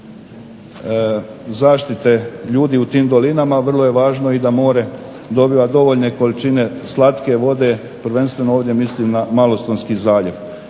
zaštite ljudi u tim dolinama vrlo je važno da more dobiva dovoljne količine slatke vode prvenstveno ovdje mislim na Malostonski zaljev.